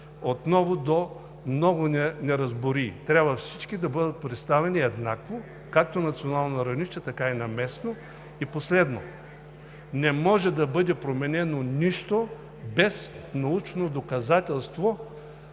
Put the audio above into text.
отново до много неразбории. Трябва всички да бъдат представени еднакво както на национално равнище, така и на местно. И последно, не може да бъде променено нищо без научно доказателство,